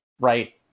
right